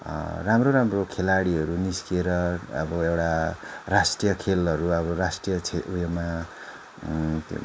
राम्रो राम्रो खेलाडीहरू निस्किएर अब एउटा राष्ट्रिय खेलहरू अब राष्ट्रिय क्षे ऊ योमा त्यो